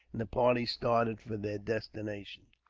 and the party started for their destination.